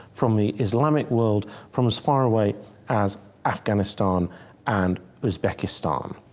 from the islamic world from as far away as afghanistan and uzbekistan.